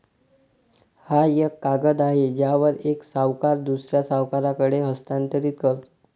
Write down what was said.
हा एक कागद आहे ज्यावर एक सावकार दुसऱ्या सावकाराकडे हस्तांतरित करतो